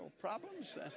problems